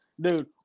dude